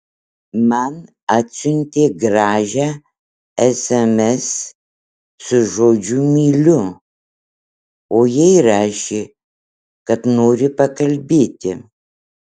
man atsiuntė gražią sms su žodžiu myliu o jai rašė kad nori pakalbėti